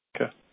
Okay